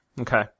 Okay